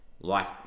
life